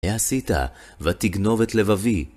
‫העשית, ותגנוב את לבבי.